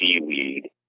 seaweed